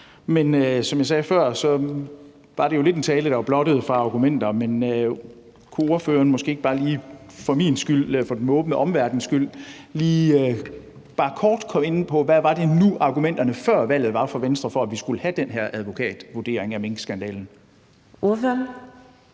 måde. Som jeg sagde før, var det lidt en tale, der var blottet for argumenter, men kunne ordføreren måske bare for min skyld eller for den måbende omverdens skyld ikke lige kort komme ind på, hvad det var, argumenterne fra Venstres side var før valget for, at vi skulle have den her advokatvurdering af minkskandalen? Kl.